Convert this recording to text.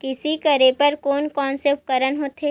कृषि करेबर कोन कौन से उपकरण होथे?